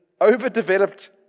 overdeveloped